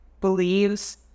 believes